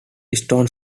stone